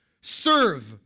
serve